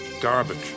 garbage